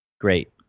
Great